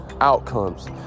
outcomes